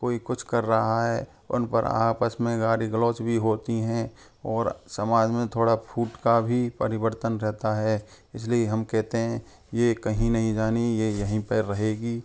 कोई कुछ कर रहा है उन पर आपस में गाली गलौज भी होती हैं और समाज में थोड़ा फूट का भी परिवर्तन रहता है इस लिए हम कहते हैं ये कहीं नहीं जानी ये यहीं पे रहेगी